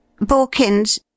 Borkins—